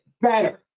better